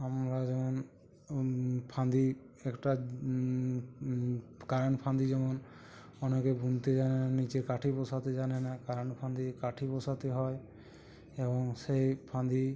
আমরা যেমন ফাঁদি একটু কারণ ফাঁদি যেমন অনেকে বুনতে জানে না নিচে কাঠি বসাতে জানে না কারণ ফাঁদে কাঠি বসাতে হয় এবং সেই ফাঁদি